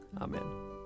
Amen